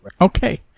Okay